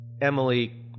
Emily